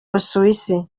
busuwisi